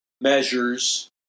measures